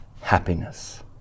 happiness